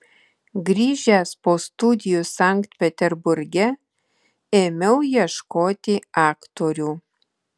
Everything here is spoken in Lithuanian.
grįžęs po studijų sankt peterburge ėmiau ieškoti aktorių